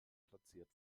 platziert